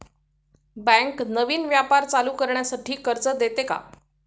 Bank नवीन व्यापार चालू करण्यासाठी कर्ज देते का?